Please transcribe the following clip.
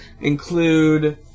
include